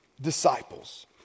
disciples